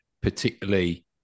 particularly